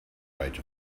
rate